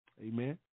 Amen